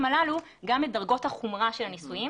הללו גם את דרגות החומרה של הניסויים.